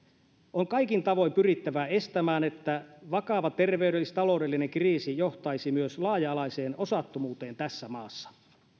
on kaikin tavoin pyrittävä estämään se että vakava terveydellis taloudellinen kriisi johtaisi myös laaja alaiseen osattomuuteen tässä maassa